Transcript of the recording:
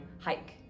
hike